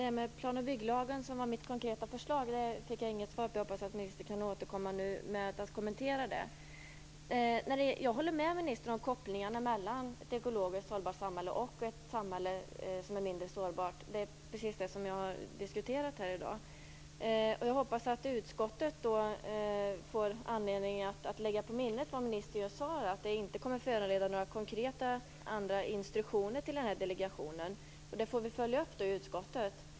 Herr talman! Jag fick inget svar på mitt konkreta förslag om plan och bygglagen. Jag hoppas att ministern återkommer och kommenterar det. Jag håller med ministern i fråga om kopplingarna mellan ett ekologiskt hållbart samhälle och ett mindre sårbart samhälle. Det är precis vad jag har diskuterat här i dag. Utskottet får anledning att lägga på minnet vad ministern just sade, nämligen att detta inte kommer att föranleda några konkreta, andra instruktioner till delegationen. Det får vi följa upp i utskottet.